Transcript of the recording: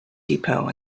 depot